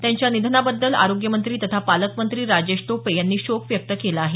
त्यांच्या निधनाबद्दल आरोग्य मंत्री तथा पालकमंत्री राजेश टोपे यांनी शोक व्यक्त केला आहे